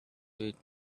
with